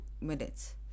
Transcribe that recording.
minutes